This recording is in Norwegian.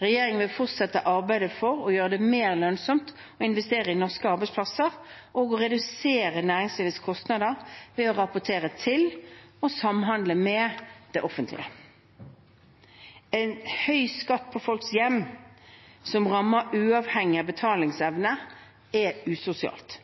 Regjeringen vil fortsette arbeidet for å gjøre det mer lønnsomt å investere i norske arbeidsplasser og å redusere næringslivets kostnader ved å rapportere til og samhandle med det offentlige. En høy skatt på folks hjem, som rammer uavhengig av betalingsevne, er usosialt.